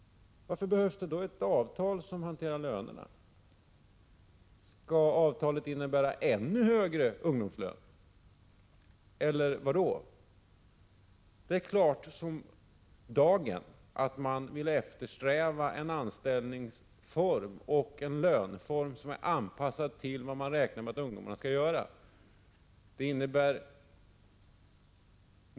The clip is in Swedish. Varför behövs det då ett avtal som hanterar lönerna? Skall avtalet innebära ännu högre ungdomslöner, eller vad då? Det är klart som dagen att man vill eftersträva en anställningsform och en löneform som är anpassade till vad man räknar med att ungdomarna skall göra.